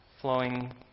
flowing